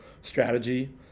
strategy